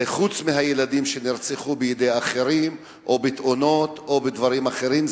זה מלבד הילדים שנרצחו בידי אחרים או בתאונות או בדברים אחרים.